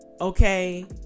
okay